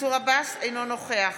מנסור עבאס, אינו נוכח